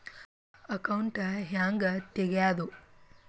Account ಹ್ಯಾಂಗ ತೆಗ್ಯಾದು?